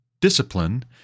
discipline